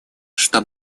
что